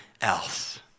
else